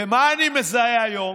ומה אני מזהה היום?